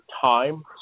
time